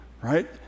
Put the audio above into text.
right